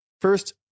First